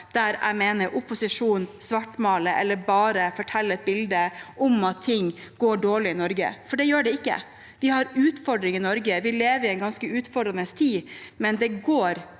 opposisjonen svartmaler eller bare viser et bilde der ting går dårlig i Norge, for det gjør det ikke. Vi har utfordringer i Norge, vi lever i en ganske utfordrende tid, men det går